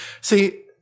See